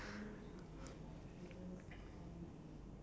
so for me zombie outbreak